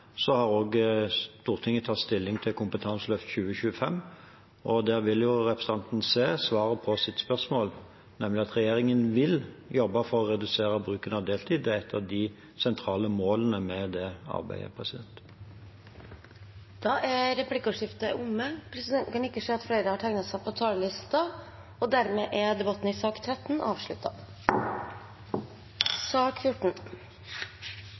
har vært med på å behandle, har også Stortinget tatt stilling til Kompetanseløft 2025. Der vil representanten se svaret på sitt spørsmål, nemlig at regjeringen vil jobbe for å redusere bruken av deltid. Det er ett av de sentrale målene med det arbeidet. Replikkordskiftet er omme. Flere har heller ikke bedt om ordet til sak nr. 13. Etter ønske fra helse- og